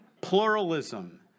Pluralism